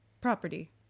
property